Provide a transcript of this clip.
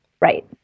Right